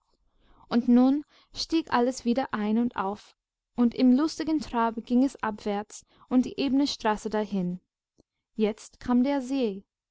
und nun stieg alles wieder ein und auf und im lustigen trab ging es abwärts und die ebene straße dahin jetzt kam der see